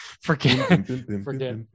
forget